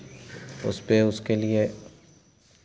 उस पे उसके लिए